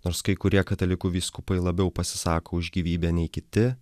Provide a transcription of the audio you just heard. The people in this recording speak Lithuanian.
nors kai kurie katalikų vyskupai labiau pasisako už gyvybę nei kiti